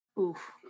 Oof